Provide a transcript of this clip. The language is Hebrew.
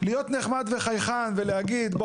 להיות נחמד וחייכן ולהגיד 'בוא,